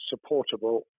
supportable